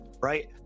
right